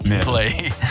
Play